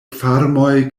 farmoj